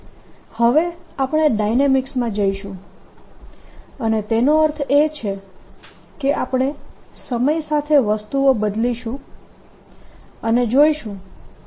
હવે આપણે ડાયનેમિક્સ માં જઈશું અને તેનો અર્થ એ છે કે આપણે સમય સાથે વસ્તુઓ બદલીશું અને જોઈશું કે તેની અસર શું છે